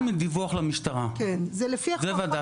לא, זה פטור מדיווח למשטרה, זה ועדת פטור.